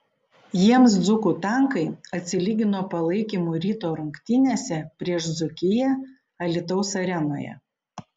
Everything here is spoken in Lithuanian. jiems dzūkų tankai atsilygino palaikymu ryto rungtynėse prieš dzūkiją alytaus arenoje